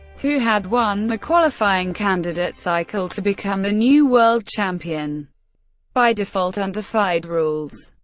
who had won the qualifying candidates' cycle, to become the new world champion by default under fide rules.